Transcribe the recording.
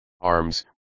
arms